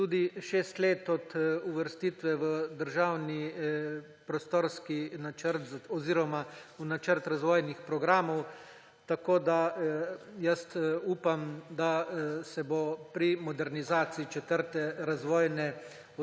tudi 6 let od uvrstitve v državni prostorski načrt oziroma v načrt razvojnih programov. Jaz upam, da se bo pri modernizaciji 4. razvojne